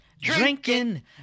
Drinking